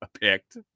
picked